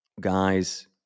guys